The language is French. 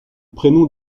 prénom